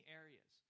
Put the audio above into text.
areas